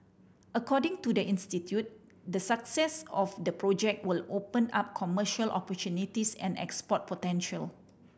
according to the institute the success of the project will open up commercial opportunities and export potential